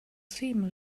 seem